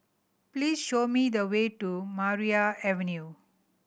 please show me the way to Maria Avenue